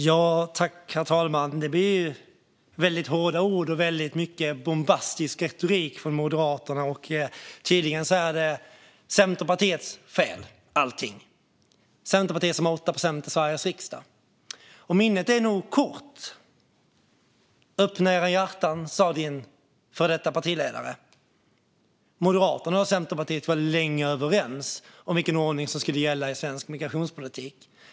Herr talman! Det blir väldigt hårda ord och mycket bombastisk retorik från Moderaterna. Tydligen är allting Centerpartiets fel. Centerpartiet fick 8 procent i riksdagsvalet. Minnet verkar vara kort. Öppna era hjärtan, sa Arin Karapets före detta partiledare. Moderaterna och Centerpartiet var länge överens om vilken ordning som skulle gälla i svensk migrationspolitik.